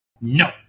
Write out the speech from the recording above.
No